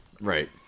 Right